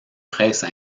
presses